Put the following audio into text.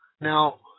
Now